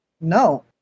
no